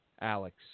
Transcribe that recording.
Alex